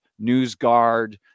NewsGuard